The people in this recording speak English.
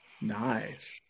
Nice